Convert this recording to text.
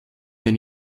den